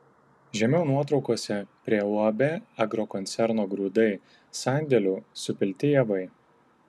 žemiau nuotraukose prie uab agrokoncerno grūdai sandėlių supilti javai